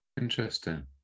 Interesting